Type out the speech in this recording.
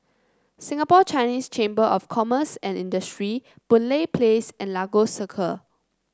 Singapore Chinese Chamber of Commerce and Industry Boon Lay Place and Lagos Circle